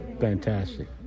fantastic